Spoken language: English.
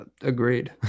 agreed